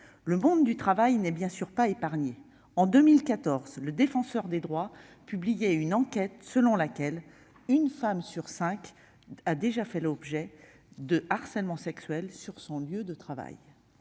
Le monde du travail n'est bien sûr pas épargné. En 2014, le Défenseur des droits publiait une enquête selon laquelle une femme sur cinq avait déjà été victime de harcèlement sexuel sur son lieu de travail.